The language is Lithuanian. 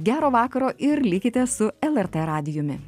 gero vakaro ir likite su lrt radijumi